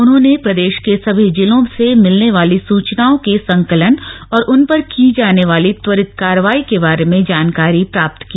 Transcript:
उन्होंने प्रदेश के सभी जिलों से मिलने वाली सूचनाओं के संकलन और उन पर की जाने वाली त्वरित कार्रवाई के बारे में जानकारी प्राप्त की